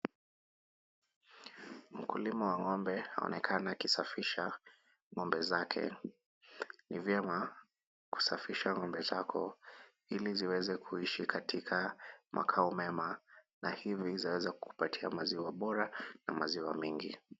Mkulima wa ng'ombe anaonekana akisafisha ng'ombe zake. Ni vyema kusafisha ng'ombe zako ili ziweze kuishi kwa makao mema na hivi zaweza kukupatia mazao bora na maziwa mengi.